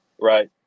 Right